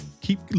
keep